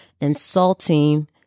insulting